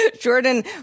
Jordan